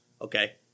okay